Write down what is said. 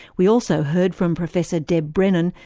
we also heard from professor deb brennan,